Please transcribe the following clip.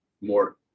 more